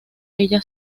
ella